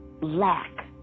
lack